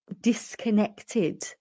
disconnected